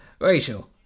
Rachel